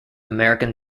american